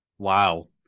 Wow